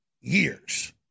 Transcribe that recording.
years